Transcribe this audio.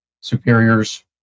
superiors